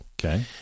Okay